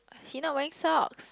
he not wearing socks